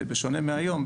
בשונה מהיום.